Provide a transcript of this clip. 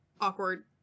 awkward